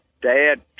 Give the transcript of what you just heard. dad